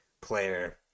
player